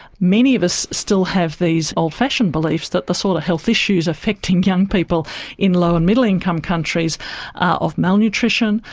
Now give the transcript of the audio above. many of us still have these old fashioned beliefs that the sort of health issues affecting young people in lower middle income countries are of malnutrition,